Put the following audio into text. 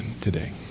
today